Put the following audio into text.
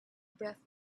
breath